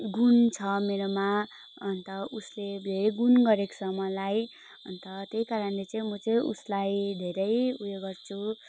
गुण छ मेरोमा अन्त उसले धेरै गुण गरेको छ मलाई अन्त त्यही कारणले चाहिँ म चाहिँ उसलाई धेरै उयो गर्छु